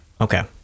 Okay